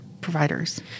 providers